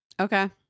Okay